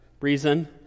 reason